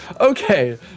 Okay